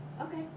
Okay